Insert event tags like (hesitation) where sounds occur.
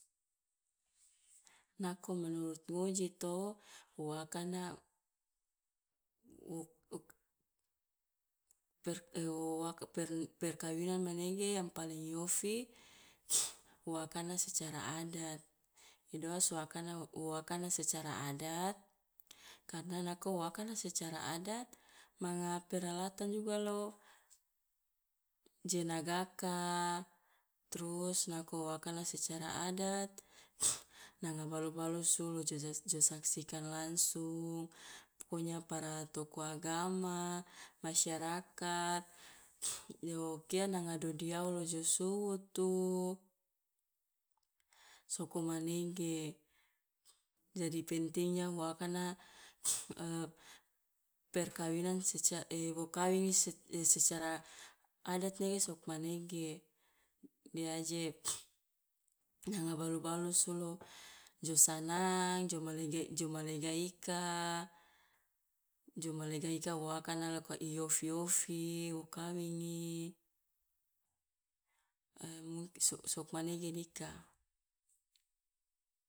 Nako menurut ngoji to wo akana wo (hesitation) per- o wo aka pern perkawinan manege yang paling i ofi (noise) wo akana secara adat idoa so akana wo wo akana adat, karena nako wo akana secara adat manga peralatan juga lo je nagaka trus wo akana secara adat (noise) nanga balu balusu lo joja jo saksikan langsung, pokonya para tokoh agama, masyarakat (noise) o kia nanga dodiawu lo jo suwutu soko manege (noise) jadi pentingnya wo akana (noise) (hesitation) perkawinan seca (hesitation) wo kawingi sec- e- secara adat nege sokmanege, de aje (noise) nanga balu balusu lo jo sanang jo ma lega jo ma lega ika, jo ma lega ika wo akana loka i ofi- ofi wo kawingi (hesitation) mungkin su- sokmanege dika.